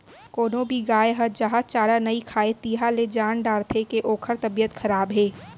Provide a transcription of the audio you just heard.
कोनो भी गाय ह जहॉं चारा नइ खाए तिहॉं ले जान डारथें के ओकर तबियत खराब हे